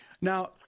Now